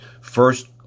first